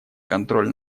контроль